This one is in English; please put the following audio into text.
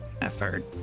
Effort